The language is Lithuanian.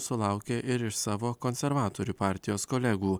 sulaukė ir iš savo konservatorių partijos kolegų